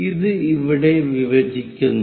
ഇത് ഇവിടെ വിഭജിക്കുന്നു